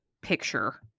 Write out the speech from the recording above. picture